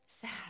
sad